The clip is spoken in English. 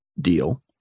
deal